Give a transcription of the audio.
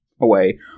away